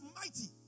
mighty